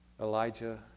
Elijah